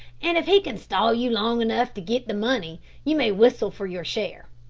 and if he can stall you long enough to get the money you may whistle for your share.